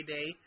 Day